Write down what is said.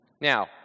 Now